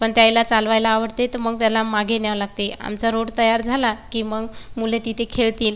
पण त्यायला चालवायला आवडते तर मग त्याला मागे न्यावं लागते आमचा रोड तयार झाला की मग मुले तिथे खेळतील